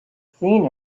seen